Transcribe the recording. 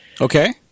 Okay